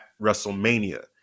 WrestleMania